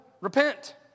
Repent